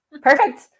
Perfect